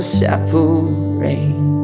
separate